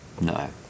no